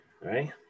right